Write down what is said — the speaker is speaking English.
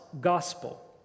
gospel